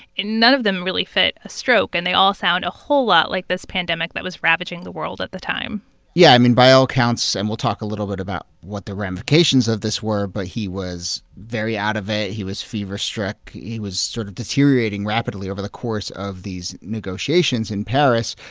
none of them really fit a stroke, and they all sound a whole lot like this pandemic that was ravaging the world at the time yeah, i mean, by all counts, and we'll talk a little bit about what the ramifications of this were, but he was very out of it. he was fever struck. he was sort of deteriorating rapidly over the course of these negotiations in paris.